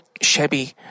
shabby